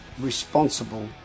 responsible